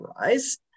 rise